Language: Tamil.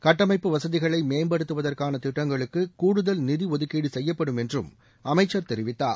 கட்டமைப்பு வசதிகளை மேம்படுத்துவதற்கான திட்டங்களுக்கு கூடுதல் நிதி ஒதுக்கீடு செய்யப்படும் என்றும் அமைச்சர் தெரிவித்தார்